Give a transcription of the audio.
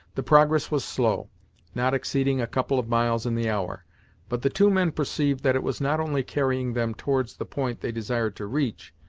the progress was slow not exceeding a couple of miles in the hour but the two men perceived that it was not only carrying them towards the point they desired to reach,